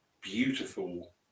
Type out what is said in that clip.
beautiful